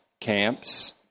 camps